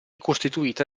costituita